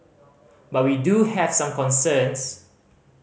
but we do have some concerns